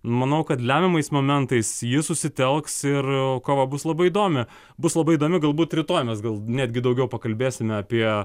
manau kad lemiamais momentais ji susitelks ir kova bus labai įdomi bus labai įdomi galbūt rytoj mes gal netgi daugiau pakalbėsime apie